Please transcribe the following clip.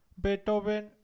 Beethoven